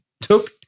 took